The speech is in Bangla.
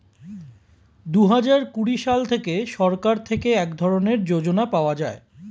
দুহাজার কুড়ি সাল থেকে সরকার থেকে এক ধরনের যোজনা পাওয়া যায়